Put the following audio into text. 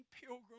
pilgrim